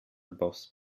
boss